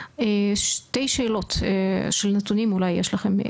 שתי שאלות של נתונים אולי אם יש לכם.